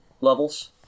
levels